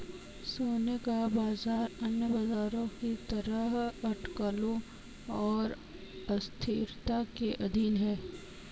सोने का बाजार अन्य बाजारों की तरह अटकलों और अस्थिरता के अधीन है